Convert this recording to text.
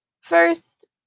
First